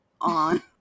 on